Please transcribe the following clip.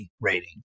rating